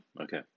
Okay